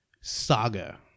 saga